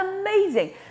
amazing